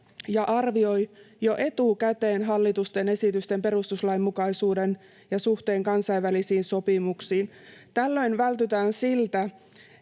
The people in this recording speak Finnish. ja arvioi jo etukäteen hallituksen esitysten perustuslainmukaisuuden ja suhteen kansainvälisiin sopimuksiin. Tällöin vältytään siltä,